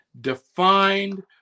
defined